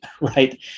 right